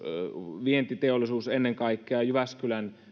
vientiteollisuus ennen kaikkea jyväskylän